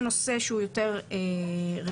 של ח"כ משה טור פז,